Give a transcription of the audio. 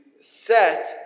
set